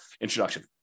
introduction